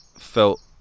felt